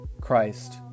Christ